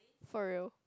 for real